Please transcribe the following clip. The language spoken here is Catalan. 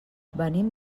venim